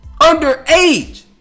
Underage